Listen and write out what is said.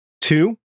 Two